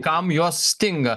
kam jos stinga